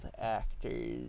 actors